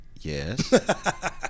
yes